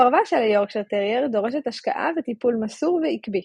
הפרווה של היורקשייר טרייר דורשת השקעה וטיפול מסור ועקבי.